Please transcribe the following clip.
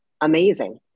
amazing